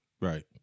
Right